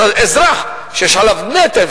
אז אזרח שיש עליו נטל,